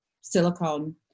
silicone